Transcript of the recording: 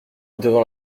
devant